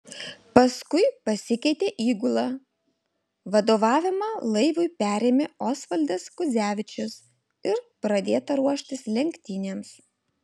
paskui pasikeitė įgula vadovavimą laivui perėmė osvaldas kudzevičius ir pradėta ruoštis lenktynėms